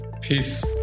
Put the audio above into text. peace